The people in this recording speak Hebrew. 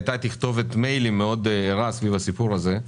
הייתה תכתובת דואר אלקטרוני מאוד רשמית בסיפור הזה,